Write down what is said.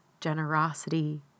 generosity